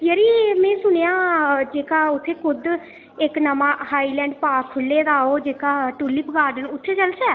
जरी मी सुनेआ जेह्का उत्थै कुद्ध इक नमां हाईलैंट पार्क खु'ल्ले दा ओ जेह्का टूलिप गार्डन उत्थै चलचै